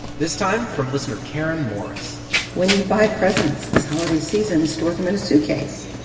this time from listener karen morris when you buy presents this holiday season, store them in a suitcase.